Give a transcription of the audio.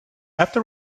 after